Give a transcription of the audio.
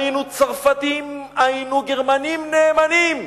היינו צרפתים, היינו גרמנים נאמנים,